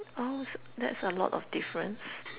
oh that's a lot of difference